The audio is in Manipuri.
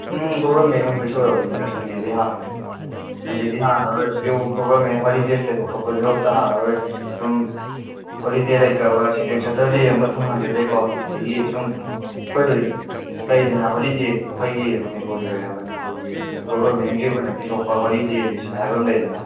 ꯎꯝ ꯒꯣꯕꯔꯃꯦꯟꯒꯤ ꯑꯣꯐꯤꯁ ꯑꯣꯏꯕꯅꯤꯅ ꯁꯟꯗꯦꯗꯤ ꯍꯥꯡꯗꯦ ꯁꯟꯗꯦꯗꯤ ꯍꯥꯡꯂꯔꯣꯏ ꯒꯣꯕꯔꯃꯦꯟ ꯍꯣꯂꯤꯗꯦꯁ ꯂꯩꯕ ꯈꯣꯠꯄꯁꯨ ꯑꯃꯠꯇ ꯍꯥꯡꯂꯔꯣꯏ ꯁꯨꯝ ꯍꯣꯂꯤꯗꯦ ꯂꯩꯇꯕ ꯁꯦꯀꯦꯟ ꯁꯇꯔꯗꯦ ꯑꯃ ꯊꯣꯡ ꯍꯥꯡꯖꯗꯦꯀꯣ ꯑꯗꯨꯗꯒꯤ ꯁꯨꯝ ꯑꯩꯈꯣꯏ ꯍꯧꯖꯤꯛ ꯂꯩꯗꯅ ꯍꯣꯂꯤꯗꯦ ꯑꯩꯈꯣꯏꯒꯤ ꯃꯅꯤꯄꯨꯔꯒꯤ ꯑꯣꯏꯅ ꯃꯅꯤꯄꯨꯔꯒꯤ ꯒꯣꯕꯔꯃꯦꯟꯒꯤ ꯑꯣꯏꯅ ꯄꯤꯊꯣꯛꯄ ꯍꯣꯂꯤꯗꯦ ꯂꯤꯁ ꯍꯥꯏꯕ ꯑꯃ ꯂꯩꯗꯅ